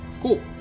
Cool